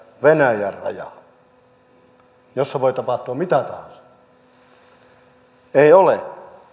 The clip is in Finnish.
venäjän rajaa jossa voi tapahtua mitä tahansa ei ole